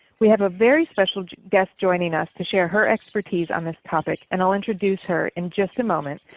we have a very special guest joining us to share her expertise on this topic and i will introduce her in just a moment,